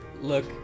look